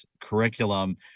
curriculum